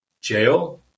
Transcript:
jail